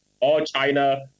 all-China